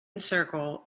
circle